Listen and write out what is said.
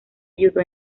ayudó